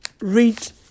read